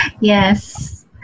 Yes